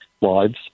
lives